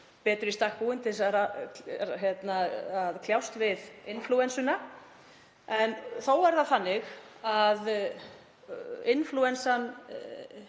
betur í stakk búin til þess að kljást við inflúensuna. En þó er það þannig að inflúensa